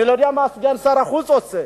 אני לא יודע מה סגן שר החוץ עושה.